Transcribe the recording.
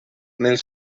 nel